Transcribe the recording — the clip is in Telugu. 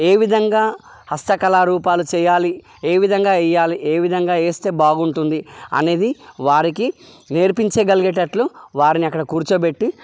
ఏ విధంగా హస్తకళా రూపాలు చేయాలి ఏ విధంగా వెయ్యాలి ఏ విధంగా వేస్తే బాగుంటుంది అనేది వారికి నేర్పించగలిగేటట్లు వారిని అక్కడ కూర్చోబెట్టి